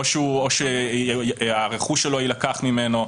או שהרכוש שלו יילקח ממנו,